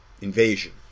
invasion